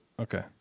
Okay